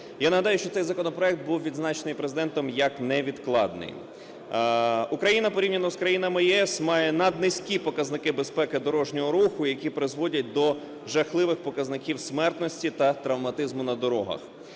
Я нагадаю, що цей законопроект був відзначений Президентом як невідкладний. Україна порівняно з країнами ЄС має наднизькі показники безпеки дорожнього руху, які призводять до жахливих показників смертності та травматизму на дорогах.